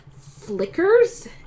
flickers